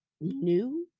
new